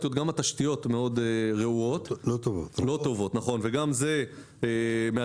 גם התשתיות מאוד רעועות ולא טובות וזה מאתגר.